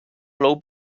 plou